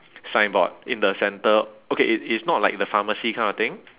signboard in the centre okay it is not like the pharmacy kind of thing